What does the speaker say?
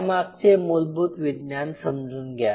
त्यामागचे मूलभूत विज्ञान समजून घ्या